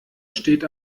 steht